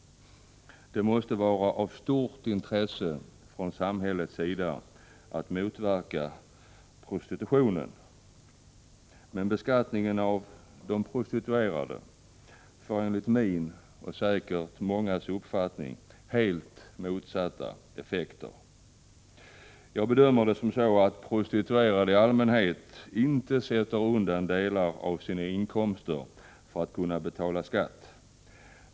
Det måste vara av stort intresse från samhällets sida att motverka prostitutionen. Beskattningen av de prostituerade får, enligt min och säkert mångas uppfattning, helt motsatt effekt. Jag bedömer det så att prostituerade i allmänhet inte sätter undan delar av sina inkomster för att kunna betala skatt.